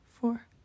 four